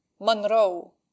monroe